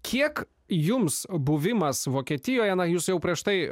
kiek jums buvimas vokietijoje na jūs jau prieš tai